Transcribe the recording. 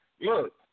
look